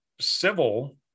civil